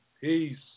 Peace